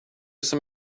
som